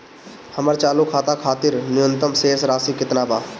हमर चालू खाता खातिर न्यूनतम शेष राशि केतना बा?